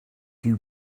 you